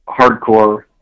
hardcore